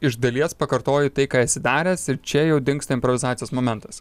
iš dalies pakartoji tai ką esi daręs ir čia jau dingsta improvizacijos momentas